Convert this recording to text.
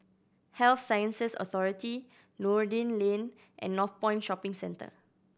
Health Sciences Authority Noordin Lane and Northpoint Shopping Centre